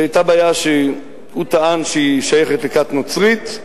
היתה בעיה שהוא טען שהיא שייכת לכת נוצרית,